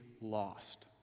lost